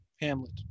hamlet